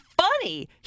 funny